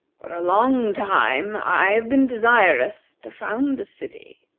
for a long time i have been desirous to found a city.